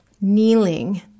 kneeling